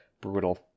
brutal